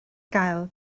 gael